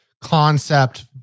concept